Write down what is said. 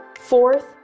Fourth